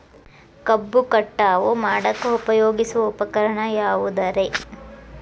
ಕಬ್ಬು ಕಟಾವು ಮಾಡಾಕ ಉಪಯೋಗಿಸುವ ಉಪಕರಣ ಯಾವುದರೇ?